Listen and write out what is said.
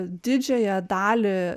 didžiąją dalį